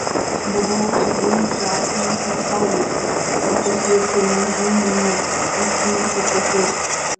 buvau užsidėjusi akinius nuo saulės kad paslėpčiau nuo žliumbimo užtinusias akis